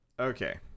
Okay